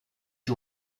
you